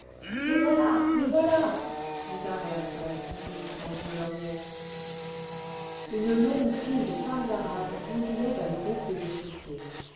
les voilà les voilà dit un rédacteur en saisissant une lorgnette les femmes dabd ei razibus une longue file de femmes arabes ondulait vers le groupe des'officiers